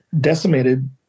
decimated